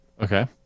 Okay